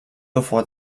before